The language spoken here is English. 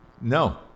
No